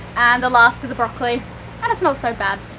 the last of the broccoli and it's not so bad.